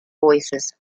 voices